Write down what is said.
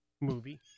movie